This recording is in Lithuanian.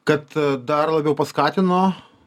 kad dar labiau paskatino